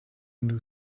new